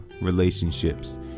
Relationships